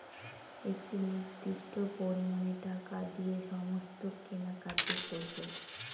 একটি নির্দিষ্ট পরিমানে টাকা দিয়ে সমস্ত কেনাকাটি করবো